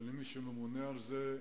ולמי שממונה על זה,